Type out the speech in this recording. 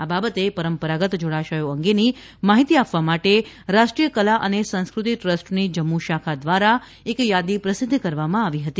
આ બાબતે પરંપરાગત જળાશયો અંગેની માહિતી આપવા માટે રાષ્ટ્રિય કલા અને સંસ્કૃતિ ટ્રસ્ટની જમ્મુ શાખા દ્વારા એક યાદી પ્રસિદ્ધ કરવામાં આવી હતી